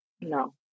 No